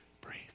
breathe